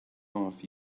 off